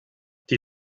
die